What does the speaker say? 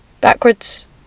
backwards